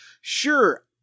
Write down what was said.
Sure